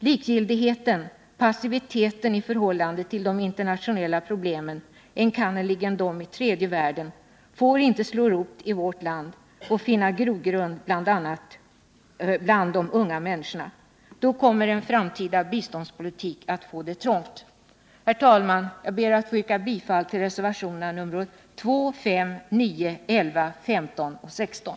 Likgiltighet och passivitet i förhållandet till de internationella problemen, enkannerligen de i tredje världen, får inte slå rot i vårt land och finna grogrund bl.a. hos de unga människorna. Då kommer en framtida biståndspolitik att få det trångt. Herr talman! Jag ber att få yrka bifall till reservationerna nr 2, 5,9, 11,15 och 16.